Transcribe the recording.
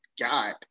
God